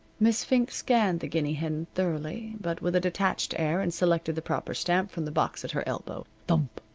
miss fink scanned the guinea hen thoroughly, but with a detached air, and selected the proper stamp from the box at her elbow. thump!